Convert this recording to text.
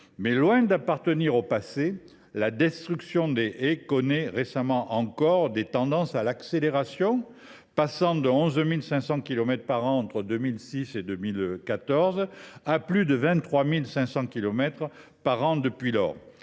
Mais loin d’appartenir au passé, la destruction des haies connaît récemment encore des tendances à l’accélération, passant en moyenne de 11 500 kilomètres par an entre 2006 et 2014 à plus de 23 500 kilomètres par an depuis lors.